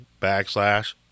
backslash